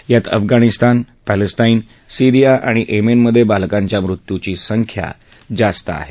यात अफगाणिस्तान पर्सिस्टाईन सिरिया आणि येमेनमधे बालकांच्या मृत्युषी संख्या जास्त आहे